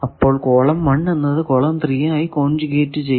അപ്പോൾ കോളം 1 എന്നത് കോളം 3 ആയി കോൺജ്യൂഗെറ്റ് ചെയ്യുന്നു